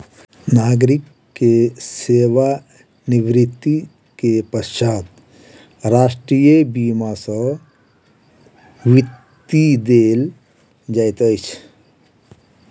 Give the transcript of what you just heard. नागरिक के सेवा निवृत्ति के पश्चात राष्ट्रीय बीमा सॅ वृत्ति देल जाइत अछि